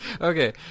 Okay